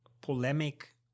polemic